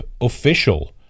official